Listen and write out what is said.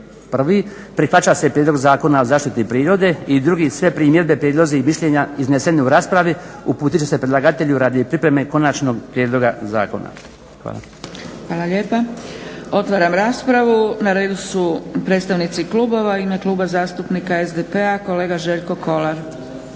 prvi, prihvaća se Prijedlog zakona o zaštiti prirode. I drugi, sve primjedbe, prijedlozi i mišljenja izneseni u raspravi uputit će se predlagatelju radi pripreme konačnog prijedloga zakona. Hvala. **Zgrebec, Dragica (SDP)** Hvala lijepa. Otvaram raspravu. Na redu su predstavnici klubova. U ime Kluba zastupnika SDP-a kolega Željko Kolar.